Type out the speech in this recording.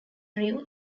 drew